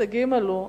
ההישגים עלו,